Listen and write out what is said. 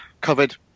covered